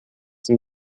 dem